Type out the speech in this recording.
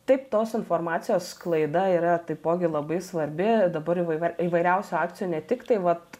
taip tos informacijos sklaida yra taipogi labai svarbi dabar įva įvairiausių akcijų ne tiktai vat